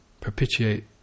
propitiate